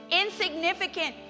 insignificant